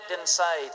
inside